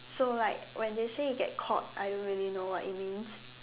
so like when they say you get caught I don't really know what it means